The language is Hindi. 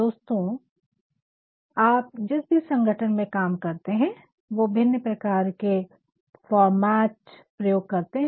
दोस्तों आप जिस भी संगठन में काम करते है वो भिन्न प्रकार के फॉर्मेट प्रयोग करते है